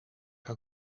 zou